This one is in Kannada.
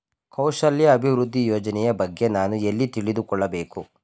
ಕೌಶಲ್ಯ ಅಭಿವೃದ್ಧಿ ಯೋಜನೆಯ ಬಗ್ಗೆ ನಾನು ಎಲ್ಲಿ ತಿಳಿದುಕೊಳ್ಳಬೇಕು?